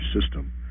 system